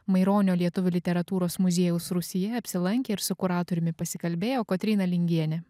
maironio lietuvių literatūros muziejaus rūsyje apsilankė ir su kuratoriumi pasikalbėjo kotryna lingienė